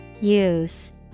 Use